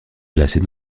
placés